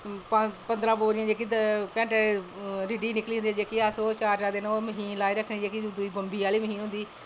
पंदरां बोरियां जेह्की घैंटे च डेढ़ च निकली जंदी जेह्के अस त्रै त्रै दिन तक्क लाई रक्खनी जेह्की बम्बी आह्ली मशीन होंदी